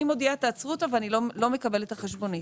אני מודיעה תעצרו אותה ואני לא מקבלת את החשבונית.